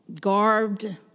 garbed